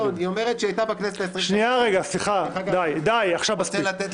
לב שאי-אפשר פה להמשיך משפט אחד בלי --- תן לה לטעון.